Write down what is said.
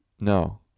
No